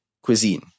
cuisine